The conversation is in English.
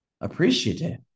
Appreciative